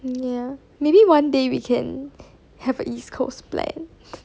ya maybe one day we can have an east coast plan